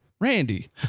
Randy